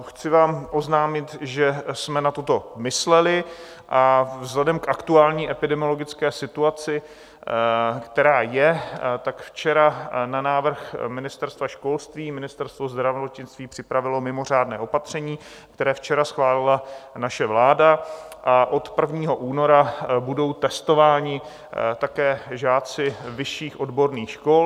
Chci vám oznámit, že jsme na toto mysleli, a vzhledem k aktuální epidemiologické situaci, která je, včera na návrh Ministerstva školství Ministerstvo zdravotnictví připravilo mimořádné opatření, které včera schválila naše vláda, a od 1. února budou testováni také žáci vyšších odborných škol.